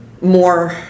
more